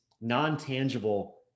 non-tangible